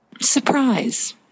Surprise